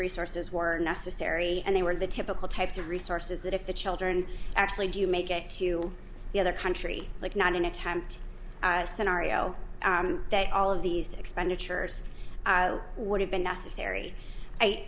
resources were necessary and they were the typical types of resources that if the children actually do make it to the other country like not an attempt scenario they all of these expenditures would have been necessary